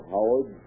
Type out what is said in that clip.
Howard